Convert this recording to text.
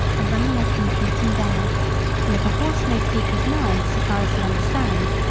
of running up and beating down and if a horse may speak his mind so far as he understands,